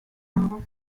habe